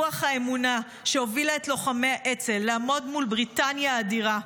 רוח האמונה שהובילה את לוחמי האצ"ל לעמוד מול בריטניה האדירה,